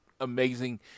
amazing